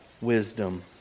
wisdom